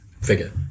figure